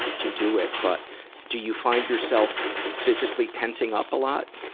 to do it but do you find yourself physically tensing up a lot?